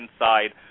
inside